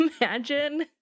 Imagine